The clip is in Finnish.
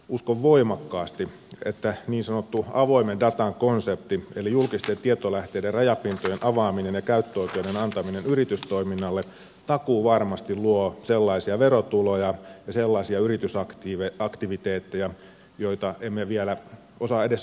uskon voimakkaasti että niin sanottu avoimen datan konsepti eli julkisten tietolähteiden rajapintojen avaaminen ja käyttöoikeuden antaminen yritystoiminnalle takuuvarmasti luo sellaisia verotuloja ja sellaisia yritysaktiviteetteja joita emme vielä osaa edes aavistaakaan